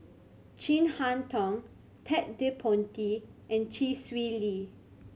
Chin Harn Tong Ted De Ponti and Chee Swee Lee